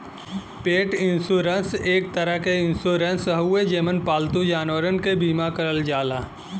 पेट इन्शुरन्स एक तरे क इन्शुरन्स हउवे जेमन पालतू जानवरन क बीमा करल जाला